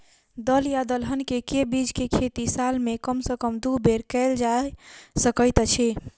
दल या दलहन केँ के बीज केँ खेती साल मे कम सँ कम दु बेर कैल जाय सकैत अछि?